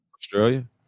Australia